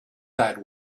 that